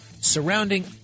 surrounding